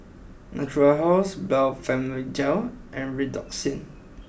Natura House Blephagel and Redoxon